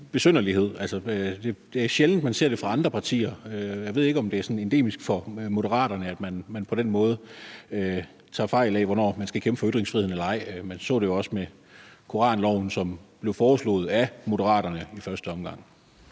bare en besynderlighed. Det er sjældent, at man ser det i andre partier. Jeg ved ikke, om det er sådan endemisk for Moderaterne, at man på den måde tager fejl af, hvornår man skal kæmpe for ytringsfriheden eller ej. Man så det jo også med koranloven, som blev foreslået af Moderaterne i første omgang.